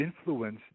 influence